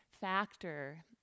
factor